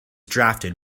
drafted